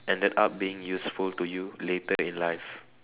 ended up being useful to you later in life